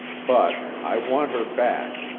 but i want her back.